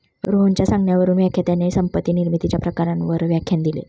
रोहनच्या सांगण्यावरून व्याख्यात्याने संपत्ती निर्मितीच्या प्रकारांवर व्याख्यान दिले